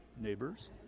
Neighbors